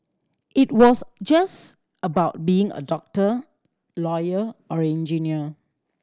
it was just about being a doctor lawyer or engineer